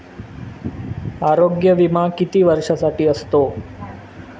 आरोग्य विमा किती वर्षांसाठी असतो?